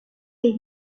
des